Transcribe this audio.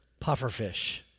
Pufferfish